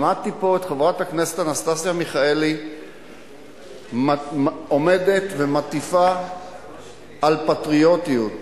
שמעתי פה את חברת הכנסת אנסטסיה מיכאלי עומדת ומטיפה על פטריוטיות.